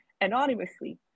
anonymously